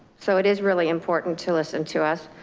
so it is really important to listen to us.